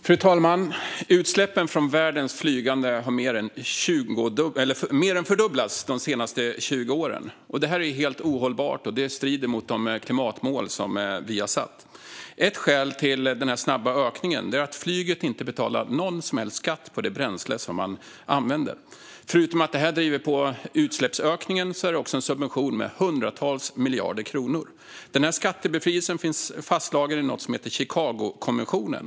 Fru talman! Utsläppen från världens flygande har mer än fördubblats de senaste 20 åren. Detta är helt ohållbart, och det strider mot de klimatmål som vi har satt. Ett skäl till denna snabba ökning är att flyget inte betalar någon som helst skatt på det bränsle som man använder. Utöver att detta driver på utsläppsökningen innebär det en subvention med hundratals miljarder kronor. Denna skattebefrielse finns fastslagen i något som heter Chicagokonventionen.